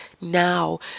now